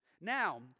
Now